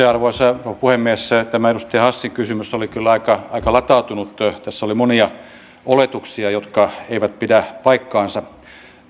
arvoisa puhemies tämä edustaja hassin kysymys oli kyllä aika aika latautunut tässä oli monia oletuksia jotka eivät pidä paikkaansa